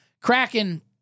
Kraken